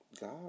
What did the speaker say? God